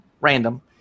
random